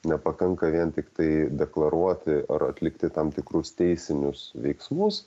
nepakanka vien tiktai deklaruoti ar atlikti tam tikrus teisinius veiksmus